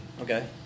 Okay